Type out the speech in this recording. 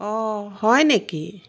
অঁ হয় নেকি